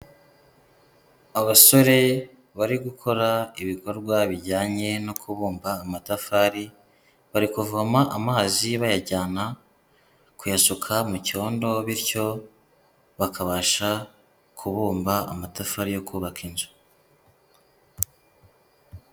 Abasore bari gukora ibikorwa bijyanye no kubumba amatafari, bari kuvoma amazi bayajyana kuyasuka mu cyondo bityo bakabasha kubumba amatafari yo kubaka inzu.